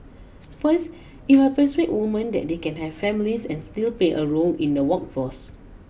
first it may persuade women that they can have families and still play a role in the workforce